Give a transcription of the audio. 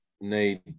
need